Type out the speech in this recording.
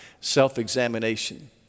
self-examination